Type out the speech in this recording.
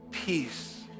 peace